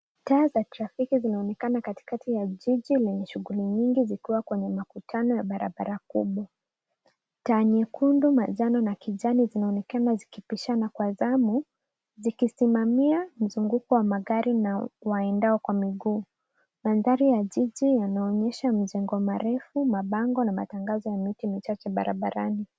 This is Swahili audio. Taa za trafiki zinaonekana katikati ya jiji lenye shughuli nyingi zikiwa kwenye makutano ya barabara kubwa. Taa nyekundu, manjano na kijani zinaonekana zikipishana kwa zamu zikisimamia mzunguko wa magari na waendao kwa miguu. Mandhari ya jiji yanaonyesha majengo marefu, mabango na matangazo na miti michache barabarani.